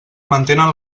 mantenen